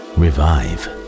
revive